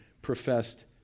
professed